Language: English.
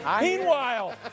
Meanwhile